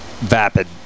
Vapid